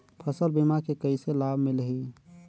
फसल बीमा के कइसे लाभ मिलही?